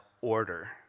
order